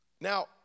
Now